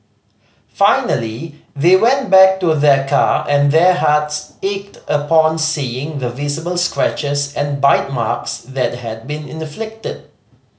finally they went back to their car and their hearts ached upon seeing the visible scratches and bite marks that had been inflicted